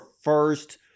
first